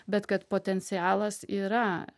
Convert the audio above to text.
bet kad potencialas yra